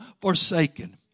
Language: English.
forsaken